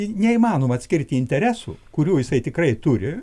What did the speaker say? neįmanoma atskirti interesų kurių jisai tikrai turi